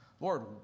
Lord